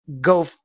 Go